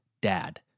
DAD